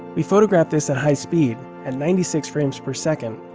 we photographed this at high speed, at ninety six frames per second,